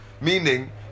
meaning